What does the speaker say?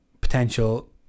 potential